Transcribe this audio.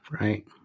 Right